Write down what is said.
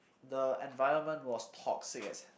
the environment was toxic as